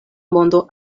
mondo